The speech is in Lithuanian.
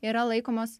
yra laikomas